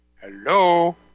Hello